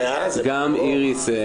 גם איריס,